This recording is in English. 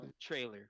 trailer